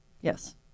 Yes